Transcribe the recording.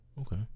Okay